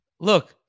look